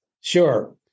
Sure